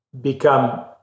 become